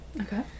Okay